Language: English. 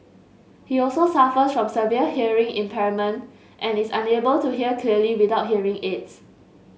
he also suffers from severe hearing impairment and is unable to hear clearly without hearing aids